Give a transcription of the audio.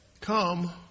Come